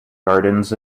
gardens